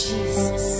Jesus